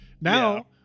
Now